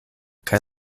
kaj